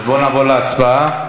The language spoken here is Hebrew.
אז נעבור להצבעה.